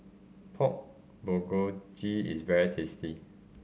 Pork Bulgogi is very tasty